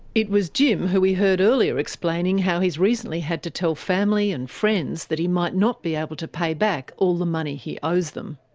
it was jim who we heard earlier explaining how he's recently had to tell family and friends that he might not be able to pay back all the money he owes them.